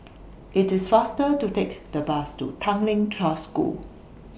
IT IS faster to Take The Bus to Tanglin Trust School